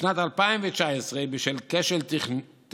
בשנת 2019, בשל כשל טכני,